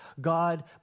God